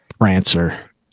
prancer